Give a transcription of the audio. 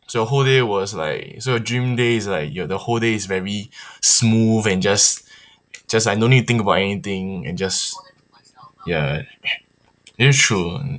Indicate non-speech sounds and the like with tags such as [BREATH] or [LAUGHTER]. [NOISE] so whole day was like so your dream day is like your the whole day is very [BREATH] smooth and just just like don't need to think about anything and just ya it is true